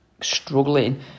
struggling